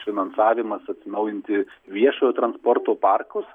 finansavimas atsinaujinti viešojo transporto parkus